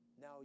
Now